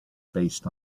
based